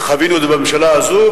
חווינו את זה בממשלה הזו,